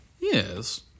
Yes